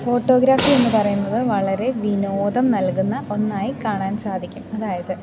photography എന്നു പറയുന്നത് വളരെ വിനോദം നൽകുന്ന ഒന്നായി കാണാൻ സാധിക്കും അതായത്